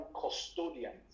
custodians